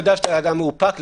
אני יודע שאתה אדם מאופק,